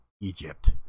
Egypt